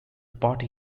party